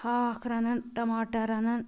ہاکھ رَنان ٹماٹر رَنان